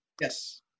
Yes